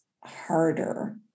harder